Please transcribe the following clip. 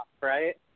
right